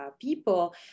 people